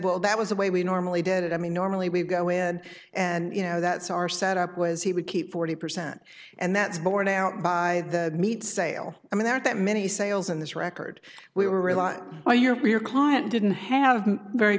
well that was the way we normally did it i mean normally we'd go in and you know that's our set up was he would keep forty percent and that's born out by the meat sale i mean there are that many sales in this record we were a lot for your client didn't have very